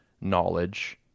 knowledge